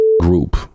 group